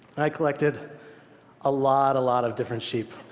i collected a lot, a lot of different sheep.